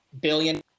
billion